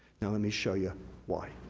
now let me show you why.